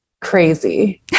crazy